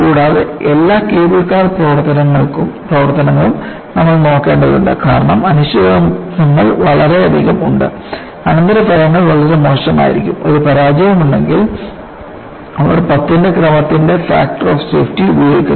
കൂടാതെ എല്ലാ cable car പ്രവർത്തനങ്ങളും നമ്മൾ നോക്കേണ്ടതുണ്ട് കാരണം അനിശ്ചിതത്വങ്ങൾ വളരെയധികം ഉണ്ട് അനന്തരഫലങ്ങൾ വളരെ മോശമായിരിക്കും ഒരു പരാജയമുണ്ടെങ്കിൽ അവർ പത്തിന്റെ ക്രമത്തിന്റെ ഫാക്ടർ ഓഫ് സേഫ്റ്റി ഉപയോഗിക്കുന്നു